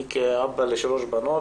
אני כאבא לשלוש בנות,